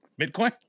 Bitcoin